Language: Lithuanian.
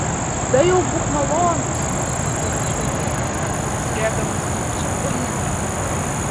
tai jau būk malonus atkirto šteinbergas neslėpdamas pykčio ir nerimo